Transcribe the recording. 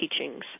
teachings